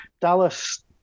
Dallas